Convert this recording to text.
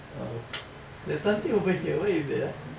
err there's nothing over here what is it ah